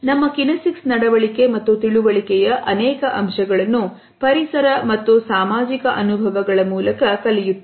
ನಮ್ಮ ಕಿನೆಸಿಕ್ಸ್ ನಡವಳಿಕೆ ಮತ್ತು ತಿಳುವಳಿಕೆಯ ಅನೇಕ ಅಂಶಗಳನ್ನು ಪರಿಸರ ಮತ್ತು ಸಾಮಾಜಿಕ ಅನುಭವಗಳ ಮೂಲಕ ಕಲಿಯುತ್ತೇವೆ